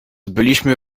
byliśmy